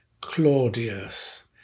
Claudius